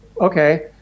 okay